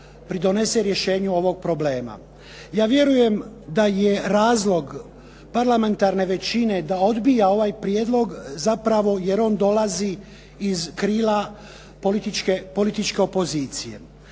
Ja vjerujem da je razlog parlamentarne većine da odbija ovaj prijedlog zapravo jer on dolazi iz krila političke opozicije.